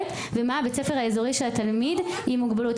ומה הבית ספר האזורי של התלמיד עם מוגבלות.